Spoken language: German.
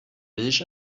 milch